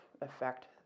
effect